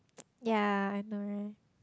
yea I know right